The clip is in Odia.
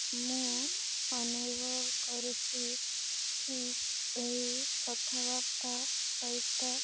ମୁଁ ଅନୁଭବ କରୁଛି କି ଏହି କଥାବାର୍ତ୍ତା ସହିତ